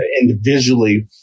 individually